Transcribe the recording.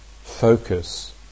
focus